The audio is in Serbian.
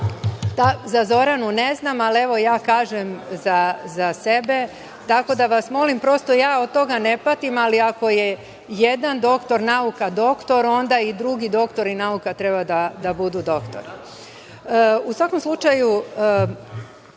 Za Zoranu ne znam, ali evo kažem za sebe, tako da vas molim, prosto ja od toga ne patim, ali ako je jedan doktor nauka doktor, onda i drugi doktori nauka treba da budu doktori.U svakom slučaju,